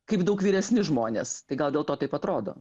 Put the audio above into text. kaip daug vyresni žmonės tai gal dėl to taip atrodo